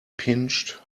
pinched